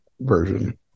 version